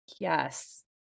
Yes